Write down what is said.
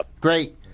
Great